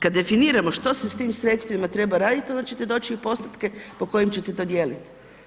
Kad definiramo što se tim sredstvima treba raditi onda ćete doći u postotke po kojim ćete dodijelit.